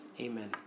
Amen